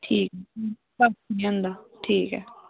होंदा ठीक ऐ